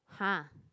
!huh!